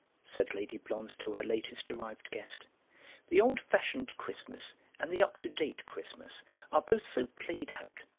said lady blonze to her latest arrived guest the old-fashioned christmas and the up-to date christmas are both so played out.